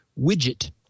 widget